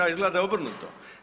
Izgleda da je obrnuto.